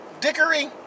dickery